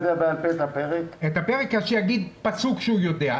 אז שיגיד פסוק שהוא יודע.